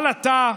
אבל אתה,